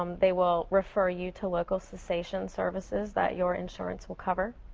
um they will refer you to local secession services that your insurance will cover.